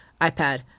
iPad